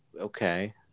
okay